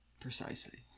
Precisely